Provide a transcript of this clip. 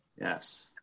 Yes